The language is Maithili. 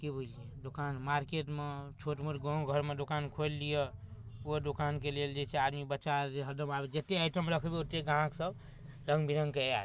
कि बुझलिए दोकान मार्केटमे छोट मोट गामघरमे दोकान खोलि लिअऽ ओहो दोकानके लेल जे छै आदमी बच्चा आओर जे हरदम आबैत रहै जतेक आइटम रखबै ओतेक गाहकसब रङ्गबिरङ्गके आएत